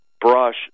brush